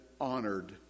honored